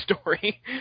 story